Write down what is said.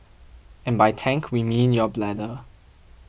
and by tank we mean your bladder